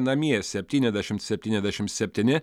namie septyniasdešimt septynasdešim septyni